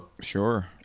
Sure